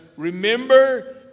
Remember